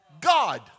God